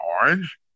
orange